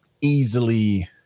easily